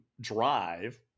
drive